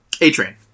A-Train